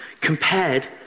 compared